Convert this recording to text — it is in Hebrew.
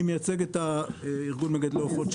אני מייצג את ארגון מגדלי העופות,